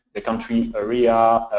the country area,